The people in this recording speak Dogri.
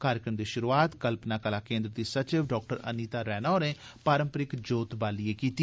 कार्जक्रम दी शुरुआत कल्पना कला केन्द्र दी सचिव डाक्टर अनीता रैणा होरें पारम्परिक जोत बाल्लियै कीती